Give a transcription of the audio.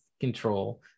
control